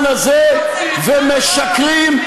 תמשיך.